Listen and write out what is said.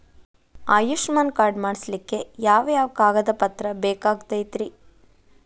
Ayushman card ಮಾಡ್ಸ್ಲಿಕ್ಕೆ ಯಾವ ಯಾವ ಕಾಗದ ಪತ್ರ ಬೇಕಾಗತೈತ್ರಿ?